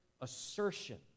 assertion